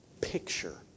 picture